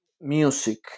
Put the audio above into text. music